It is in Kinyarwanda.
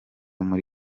muri